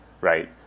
right